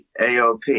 AOP